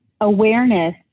Awareness